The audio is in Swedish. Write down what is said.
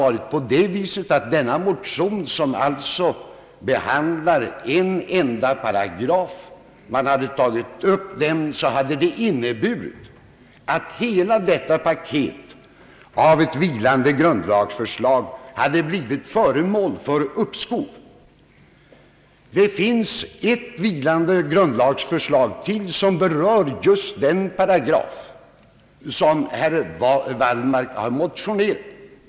Om den motion som herr Wallmark lagt fram, vilken behandlar en enda paragraf, hade tagits upp skulle det ha inneburit att hela detta paket av vilande grundlagsförslag hade blivit föremål för uppskov. Det finns ytterligare ett vilande grundlagsförslag som berör just den paragraf herr Wallmark har motionerat om.